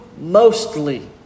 mostly